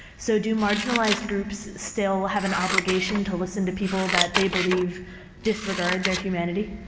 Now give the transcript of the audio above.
so, do marginalized groups still have an obligation to listen to people that they believe disregard their humanity?